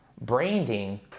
branding